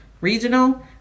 regional